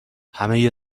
همه